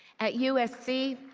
at usc,